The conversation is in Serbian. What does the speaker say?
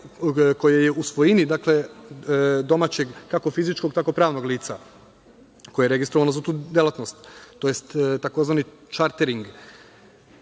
koje je u svojini domaćeg, kako fizičkog, tako pravnog lica koje je registrovano za tu delatnost, tj. tzv. čartering,